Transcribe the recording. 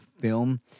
film